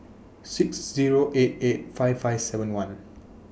six Zero eight eight five five seven one